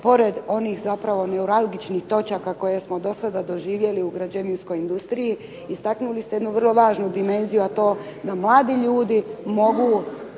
pored onih zapravo neuralgičnih točaka koje smo do sada doživjeli u građevinskoj industriji. Istaknuli ste jednu vrlo važnu dimenziju, a to je da mladi ljudi mogu